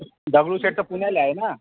दगडूशेठ तर पुण्याला आहे ना